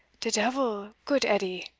de devil, goot edie,